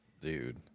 Dude